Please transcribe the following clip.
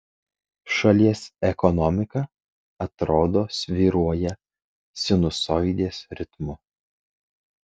šalies ekonomika atrodo svyruoja sinusoidės ritmu